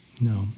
No